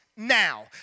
Now